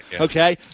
Okay